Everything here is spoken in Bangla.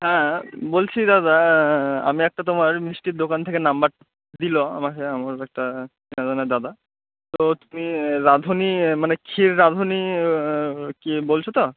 হ্যাঁ বলছি দাদা আমি একটা তোমার মিষ্টির দোকান থেকে নম্বর দিলো আমাকে আমার একটা চেনা জানা দাদা তো তুমি রাঁধুনী মানে ক্ষীর রাধুনী কে বলছো তো